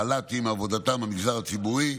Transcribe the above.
חל"תים, מעבודתם במגזר הציבורי.